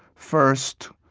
first.